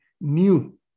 new